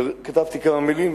כתבתי כמה מלים,